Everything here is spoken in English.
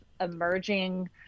emerging